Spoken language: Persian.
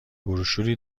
بروشوری